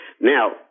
Now